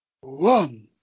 One